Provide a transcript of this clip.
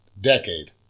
Decade